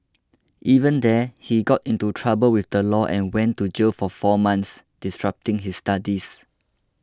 even there he got into trouble with the law and went to jail for four months disrupting his studies